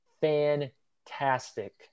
fantastic